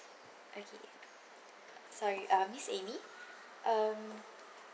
okay sorry uh miss amy um